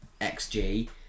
XG